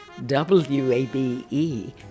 WABE